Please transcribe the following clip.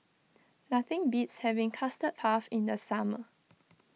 nothing beats having Custard Puff in the summer